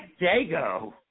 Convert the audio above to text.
Dago